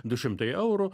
du šimtai eurų